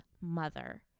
mother